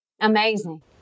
Amazing